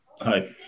Hi